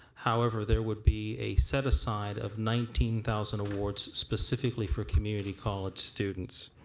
however there would be a set aside of nineteen thousand awards specifically for community college students.